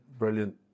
brilliant